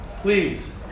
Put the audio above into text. Please